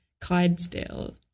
Clydesdale